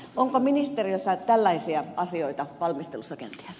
onko ministeriössä tällaisia asioita valmistelussa kenties